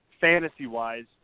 Fantasy-wise